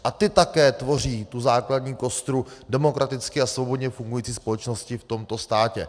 A ty také tvoří tu základní kostru demokraticky a svobodně fungující společnosti v tomto státě.